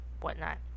whatnot